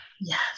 Yes